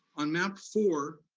on map four,